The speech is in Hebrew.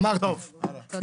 תודה.